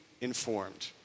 informed